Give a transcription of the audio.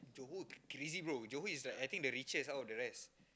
Johor crazy bro Johor is like I think the richest out of the rest